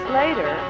later